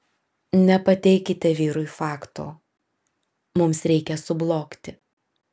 nepateikite vyrui fakto mums reikia sublogti